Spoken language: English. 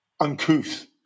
uncouth